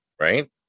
right